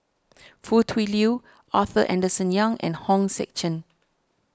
Foo Tui Liew Arthur Henderson Young and Hong Sek Chern